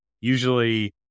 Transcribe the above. usually